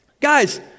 Guys